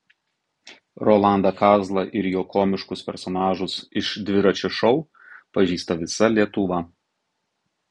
rolandą kazlą ir jo komiškus personažus iš dviračio šou pažįsta visa lietuva